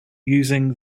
using